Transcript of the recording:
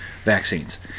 vaccines